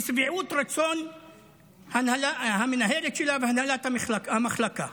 לשביעות רצון המנהלת שלה והנהלת המחלקה,